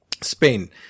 Spain